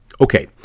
Okay